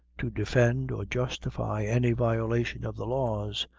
to defend or justify any violation of the laws,